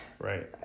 Right